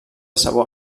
sabor